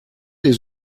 les